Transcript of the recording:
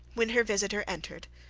when her visitor entered,